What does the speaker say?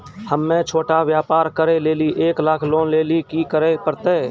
हम्मय छोटा व्यापार करे लेली एक लाख लोन लेली की करे परतै?